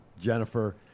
Jennifer